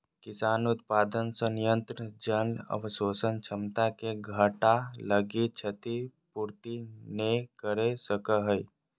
किसान उत्पादन संयंत्र जल अवशोषण क्षमता के घटा लगी क्षतिपूर्ति नैय कर सको हइ